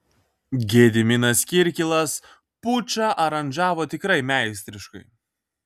gediminas kirkilas pučą aranžavo tikrai meistriškai